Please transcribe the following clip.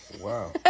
Wow